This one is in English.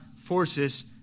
forces